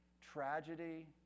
tragedy